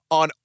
on